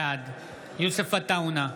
בעד יוסף עטאונה,